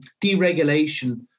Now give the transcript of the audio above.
deregulation